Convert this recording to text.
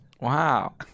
wow